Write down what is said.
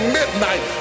midnight